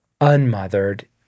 unmothered